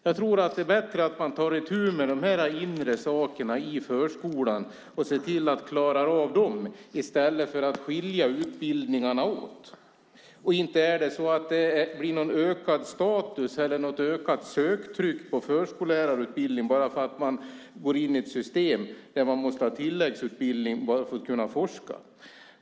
Jag tror att det är bättre att ta itu med de inre sakerna i förskolan och att se till att klara av dem i stället för att skilja utbildningarna åt. Och inte blir det någon ökad status eller ett ökat söktryck på förskollärarutbildningen bara därför att man går in i ett system där det krävs tilläggsutbildning för att kunna forska.